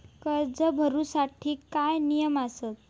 कर्ज भरूच्या साठी काय नियम आसत?